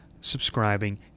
subscribing